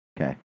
Okay